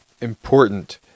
important